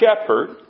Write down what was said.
shepherd